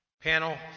Panel